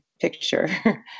picture